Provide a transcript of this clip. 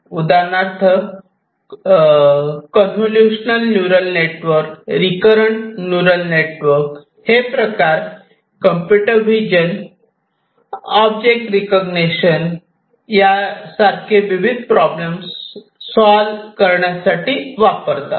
उदाहरणार्थ convolutional neural network recurrent neural network हे प्रकार कम्प्युटर विजन ऑब्जेक्ट रेकॉग्निशन यासारखे विविध प्रॉब्लेम सॉल्व कॉल करण्यासाठी वापरतात